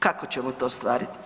Kako ćemo to ostvarit?